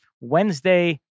wednesday